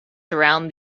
surround